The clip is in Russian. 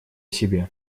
себе